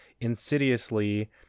insidiously